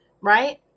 right